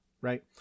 Right